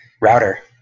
router